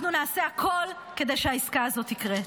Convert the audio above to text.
אנחנו נעשה הכול כדי שהעסקה הזאת תקרה.